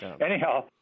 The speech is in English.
Anyhow